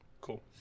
Cool